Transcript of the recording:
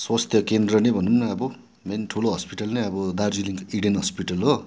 स्वास्थ्य केन्द्र नै भनौँं न अब मेन ठुलो हस्पिटल नै अब दार्जिलिङको इडेन हस्पिटल हो